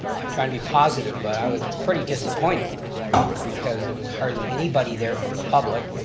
i'm trying to be positive, but i was pretty disappointed because there was hardly anybody there from the public.